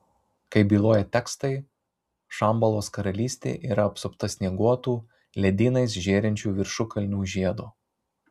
kaip byloja tekstai šambalos karalystė yra apsupta snieguotų ledynais žėrinčių viršukalnių žiedo